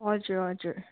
हजुर हजुर